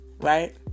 right